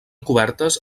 cobertes